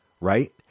right